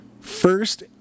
first